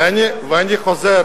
ביטחון וחוץ,